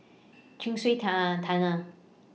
Chin Swee Tunnel Tunnel